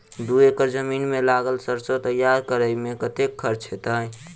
दू एकड़ जमीन मे लागल सैरसो तैयार करै मे कतेक खर्च हेतै?